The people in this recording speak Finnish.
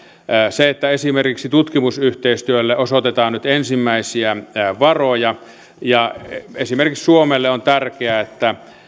se että esimerkiksi tutkimusyhteistyölle osoitetaan nyt ensimmäisiä varoja ja esimerkiksi suomelle on tärkeää että